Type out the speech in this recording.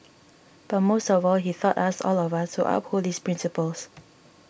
but most of all he taught us all of us to uphold these principles